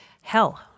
Hell